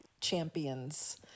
champions